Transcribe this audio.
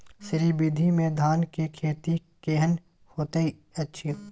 श्री विधी में धान के खेती केहन होयत अछि?